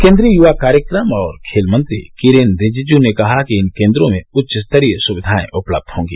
केन्द्रीय युवा कार्यक्रम और खेल मंत्री किरेन रिजिजू ने कहा है कि इन केन्द्रों में उच्चस्तरीय सुक्विाएं उपलब्ध होंगी